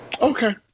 Okay